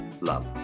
love